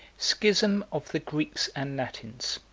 schism of the greeks and latins